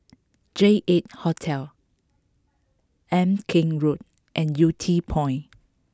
J Eight Hotel Ama Keng Road and Yew Tee Point